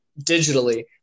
digitally